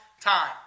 time